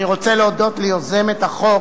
אני רוצה להודות ליוזמת החוק,